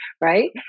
Right